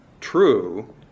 true